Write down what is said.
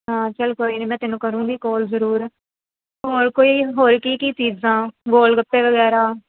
ਹਾਂ ਚੱਲ ਕੋਈ ਨਹੀਂ ਮੈਂ ਤੈਨੂੰ ਕਰੂੰਗੀ ਕਾਲ ਜ਼ਰੂਰ ਹੋਰ ਕੋਈ ਹੋਰ ਕੀ ਕੀ ਚੀਜ਼ਾਂ ਗੋਲ ਗੱਪੇ ਵਗੈਰਾ